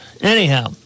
Anyhow